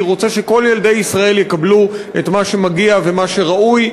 אני רוצה שכל ילדי ישראל יקבלו את מה שמגיע ומה שראוי,